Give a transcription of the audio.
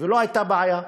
ולא הייתה בעיה.